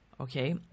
Okay